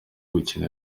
gukina